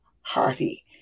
hearty